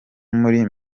muri